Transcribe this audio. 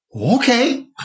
Okay